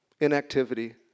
inactivity